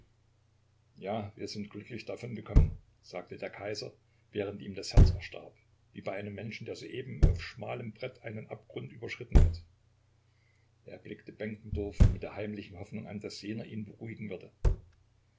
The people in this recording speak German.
ja wir sind glücklich davongekommen sagte der kaiser während ihm das herz erstarb wie bei einem menschen der soeben auf schmalem brett einen abgrund überschritten hat er blickte benkendorf mit der heimlichen hoffnung an daß jener ihn beruhigen würde